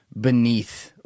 beneath –